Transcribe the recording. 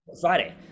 Friday